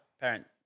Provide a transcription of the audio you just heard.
parent